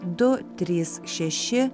du trys šeši